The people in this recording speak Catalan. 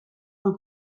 pel